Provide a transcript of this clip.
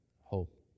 hope